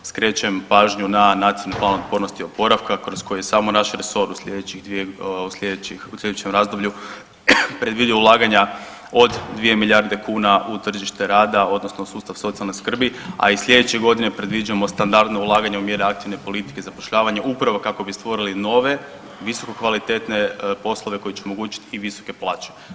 Skrećem pažnju na Nacionalni plan otpornosti i oporavka kroz koji samo naš resor u slijedećih 2, u slijedećih, u slijedećem razdoblju predvidio ulaganja od 2 milijarde kuna tržište rada odnosno sustav socijalne skrbi, a i slijedeće godine predviđamo standardno ulaganje u mjere aktivne politike zapošljavanja upravo kako bi stvorili nove visokokvalitetne poslove koji će omogućiti i visoke plaće.